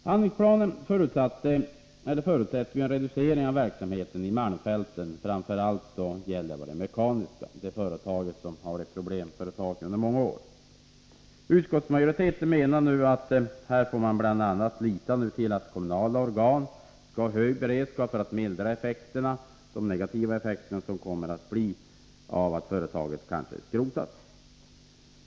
Handlingsplanen förutsätter ju en reducering av verksamheten i malmfälten framför allt när det gäller Gällivare Mekaniska AB, som under många år varit ett problemföretag. Utskottsmajoriteten menar att man här bl.a. får lita till att kommunala organ skall ha hög beredskap för att mildra de negativa effekterna av att företaget kanske skrotas.